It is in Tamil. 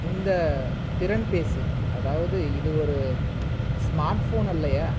இந்த திறன்பேசி அதாவது இது ஒரு ஸ்மார்ட் ஃபோன் அல்லவா